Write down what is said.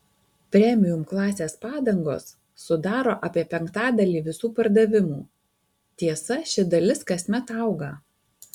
premium klasės padangos sudaro apie penktadalį visų pardavimų tiesa ši dalis kasmet auga